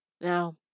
Now